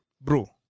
bro